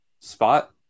spot